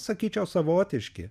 sakyčiau savotiški